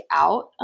out